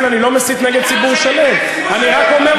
אני לא מסית נגד ציבור שלם, אני רק אומר עובדות.